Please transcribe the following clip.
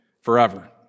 forever